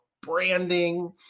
branding